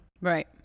Right